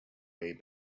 way